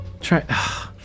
try